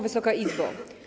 Wysoka Izbo!